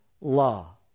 law